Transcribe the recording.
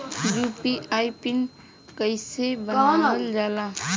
UPI PIN कइसे बनावल जाला?